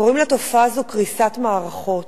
קוראים לתופעה הזאת קריסת מערכות,